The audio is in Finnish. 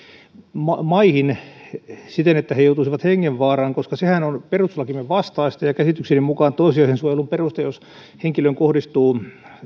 maihin siten että he joutuisivat hengenvaaraan koska sehän on perustuslakimme vastaista ja käsitykseni mukaan toissijaisen suojelun peruste jos henkilöön kohdistuu